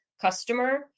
customer